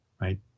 right